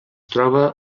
troba